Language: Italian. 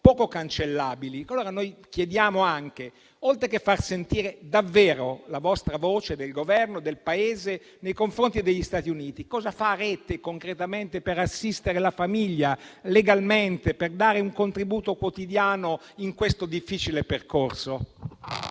poco cancellabili. Dunque noi chiediamo, oltre che far sentire davvero la vostra voce, la voce del Governo del Paese nei confronti degli Stati Uniti, cosa farete concretamente per assistere la famiglia legalmente e per dare un contributo quotidiano in questo difficile percorso?